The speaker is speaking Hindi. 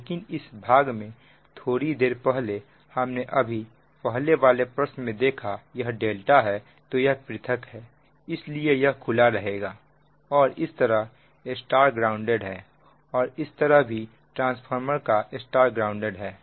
लेकिन इस भाग में थोड़ी देर पहले हमने अभी पहले वाले प्रश्न में देखा यह ∆ है तो यह पृथक है इसलिए यह खुला रहेगा और इस तरह Y ग्राउंडेड है और इस तरह भी ट्रांसफार्मर का Y ग्राउंडेड है